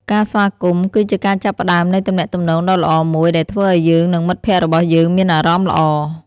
ការស្វាគមន៍គឺជាការចាប់ផ្តើមនៃទំនាក់ទំនងដ៏ល្អមួយដែលធ្វើឲ្យយើងនិងមិត្តភក្តិរបស់យើងមានអារម្មណ៍ល្អ។